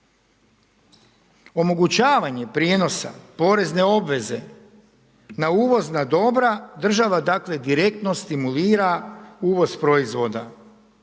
Omogućavanje prijenosa porezne obveze na uvozna dobra država dakle, direktno stimulira uvoz proizvoda.